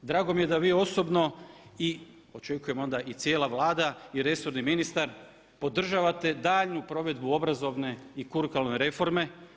Drago mi je da vi osobno, i očekujem onda i cijela Vlada, i resorni ministar podržavate daljnju provedbu obrazovne i kurikularne reforme.